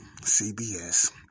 CBS